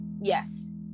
yes